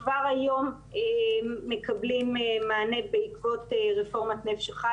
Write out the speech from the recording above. כבר היום מקבלים מענה בעקבות רפורמת "נפש אחת".